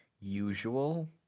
usual